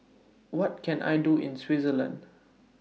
What Can I Do in Switzerland